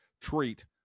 treat